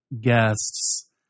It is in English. guests